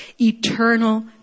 eternal